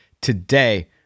today